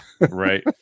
Right